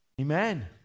Amen